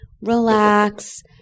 relax